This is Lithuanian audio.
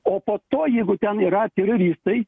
o po to jeigu ten yra teroristai